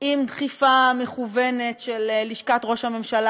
מדחיפה מכוונת של לשכת ראש הממשלה,